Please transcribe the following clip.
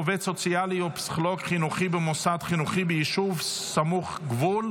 עובד סוציאלי או פסיכולוג חינוכי במוסד חינוכי ביישוב סמוך גבול),